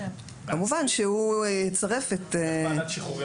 כמובן שהוא יצרף את ------ ועדת שחרורים